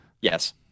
Yes